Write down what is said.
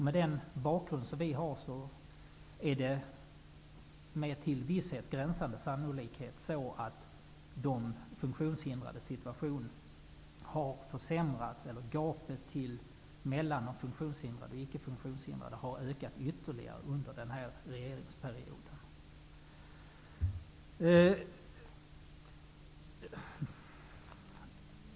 Med den bakgrund som vi har kan vi med till visshet gränsande sannolikhet säga att gapet mellan funktionshindrade och icke funktionshindrade har ökat ytterligare under denna regeringsperiod.